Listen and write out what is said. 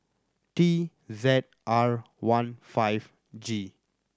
T Z R one five G